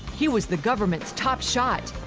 he was the governments top shot,